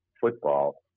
football